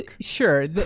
Sure